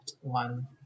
one